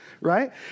right